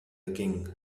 king